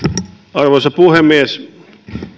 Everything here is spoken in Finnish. arvoisa puhemies